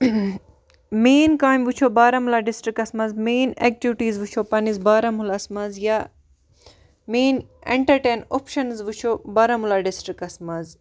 main کامہِ وٕچھو بارہمُلہ ڈِسٹرکَس مَنٛز مین ایٚکٹِوِٹیٖز وٕچھو پَننِس بارہمُلہس مَنٛز یا مین ایٚنٹَرٹین اوپشَنز وِچھو بارہمُلہ ڈِسٹرکَس مَنٛز